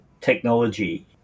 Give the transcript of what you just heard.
technology